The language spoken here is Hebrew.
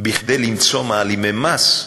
כדי למצוא מעלימי מס,